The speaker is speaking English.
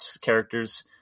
characters